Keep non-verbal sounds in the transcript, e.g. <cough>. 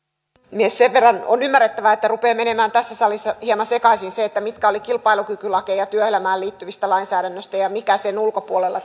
puhemies on ymmärrettävää että rupeaa menemään tässä salissa hieman sekaisin se mitkä olivat kilpailukykylakeja työelämään liittyvästä lainsäädännöstä ja mitkä ovat sen ulkopuolelta <unintelligible>